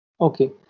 Okay